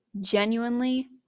genuinely